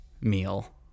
meal